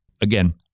again